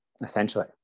essentially